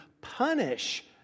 punish